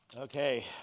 Okay